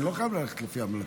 אני לא חייב ללכת לפי ההמלצה.